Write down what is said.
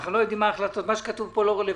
מה שכתוב פה לא רלוונטי.